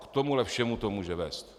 K tomuhle všemu to může vést.